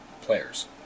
Players